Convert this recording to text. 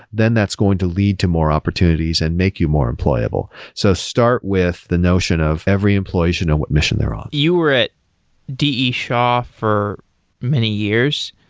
then that's going to lead to more opportunities and make you more employable. so start with the notion of every employee should know what mission they're on. you were at d e. shaw for many years.